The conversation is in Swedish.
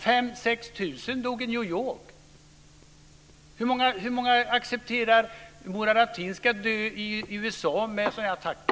5 000-6 000 dog i New York. Hur många döda i USA i sådana här attacker accepterar Murad Artin?